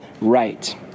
right